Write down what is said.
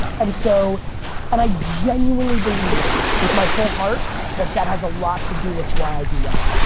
and so and i genuinely believe with my whole heart that that has a lot to do with why i do well.